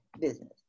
business